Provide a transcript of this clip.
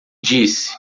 disse